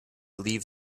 leave